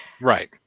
Right